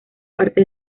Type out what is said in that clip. parte